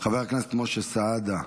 חבר הכנסת משה סעדה,